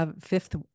fifth